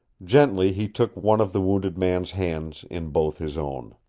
gently he took one of the wounded man's hands in both his own.